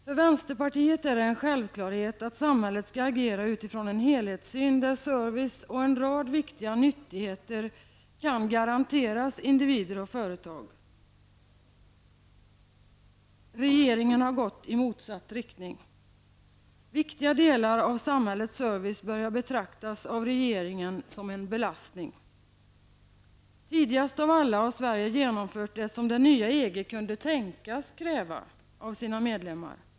För vänsterpartiet är det en självklarhet att samhället skall agera utifrån en helhetssyn där service och en rad viktiga nyttigheter kan garanteras individer och företag. Regeringen har gått i motsatt riktning. Viktiga delar av samhällets service börjar av regeringen att betraktas som en belastning. Tidigast av alla har Sverige genomfört det som det nya EG kunde tänkas kräva -- av sina medlemmar.